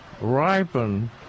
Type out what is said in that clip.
ripen